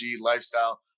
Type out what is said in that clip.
lifestyle